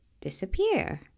disappear